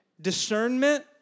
discernment